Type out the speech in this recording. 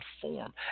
form